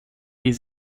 die